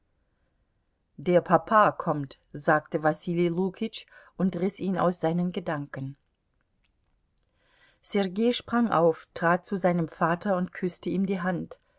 der papa kommt sagte wasili lukitsch und riß ihn aus seinen gedanken sergei sprang auf trat zu seinem vater und küßte ihm die hand